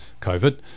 COVID